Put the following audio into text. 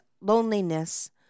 Loneliness